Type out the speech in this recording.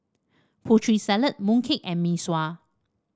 Putri Salad mooncake and Mee Sua